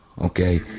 Okay